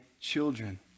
children